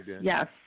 yes